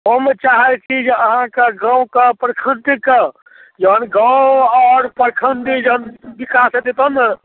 हम चाहै छी जे अहाँके गामके प्रखण्डके जखन गाम आओर प्रखण्ड जखन विकास हेतै तखन ने